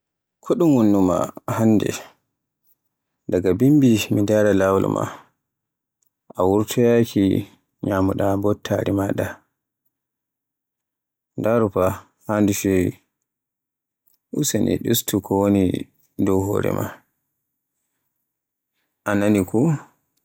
Ko ɗun wanni ma hannde, daga bimbi mi ndaara laawol maa, a wurtoyaaki nyamunda mbottari maaɗa, ndaaru fa haa ndu fewi. Use ni ɗustu ko woni dow hore maa. A nani ko!.